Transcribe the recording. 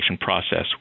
process